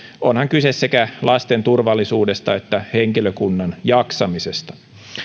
onhan kyse sekä lasten turvallisuudesta että henkilökunnan jaksamisesta